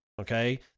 Okay